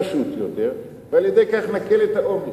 פשוט יותר, ועל-ידי כך נקל את העומס.